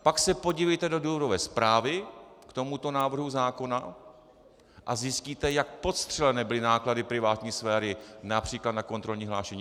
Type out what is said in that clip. Pak se podívejte do důvodové zprávy k tomuto návrhu zákona a zjistíte, jak podstřelené byly náklady privátní sféry například na kontrolní hlášení.